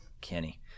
Kenny